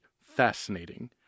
fascinating